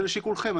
זה לשיקולכם,